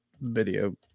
video